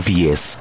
years